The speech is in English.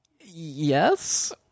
Yes